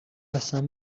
قسم